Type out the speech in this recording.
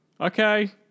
Okay